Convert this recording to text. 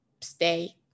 stay